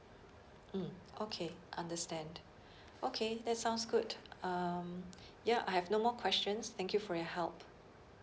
mm okay understand okay that's sounds good um ya I have no more question thank you for your help